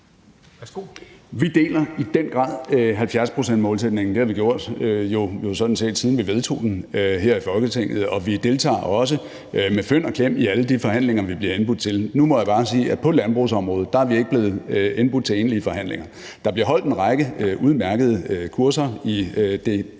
Vi deler i den grad 70-procentsmålsætningen. Det har vi sådan set gjort, siden vi vedtog den her i Folketinget, og vi deltager også med fynd og klem i alle de forhandlinger, vi bliver indbudt til. Nu må jeg bare sige, at på landbrugsområdet er vi ikke blevet indbudt til egentlige forhandlinger. Der bliver holdt en række udmærkede kurser i det